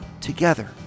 together